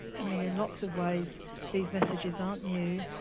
i mean in lots of ways these messages aren't new,